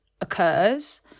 occurs